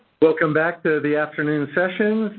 welcome back to the afternoon session,